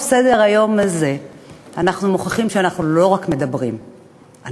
אנחנו עוברים להצעת חוק זכויות הדייר בדיור